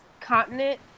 continent